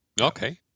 okay